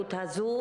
לאפשרות הזאת,